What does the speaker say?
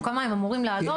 או כמה הם אמורים לעלות?